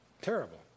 Terrible